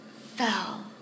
fell